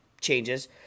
changes